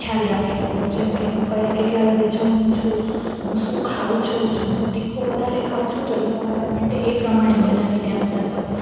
ખ્યાલ રાખ્યો હતો જેમકે હું કય કેટલાં વાગે જમું છું હું શું ખાઉં છું હું તીખું વધારે ખાઉં છું તો એ લોકો મારા માટે એ પ્રમાણે બનાવીને આપતા હતા